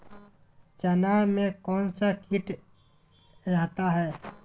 चना में कौन सा किट रहता है?